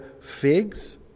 figs